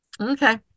Okay